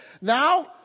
Now